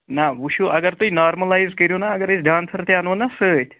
نَہ وٕچھُو اگر تُہۍ نارمٕلایز کٔرِو نا اگر أسۍ ڈانسَر تہِ اَنو نَہ سۭتۍ